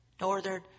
northern